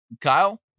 Kyle